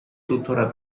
tuttora